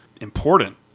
important